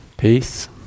peace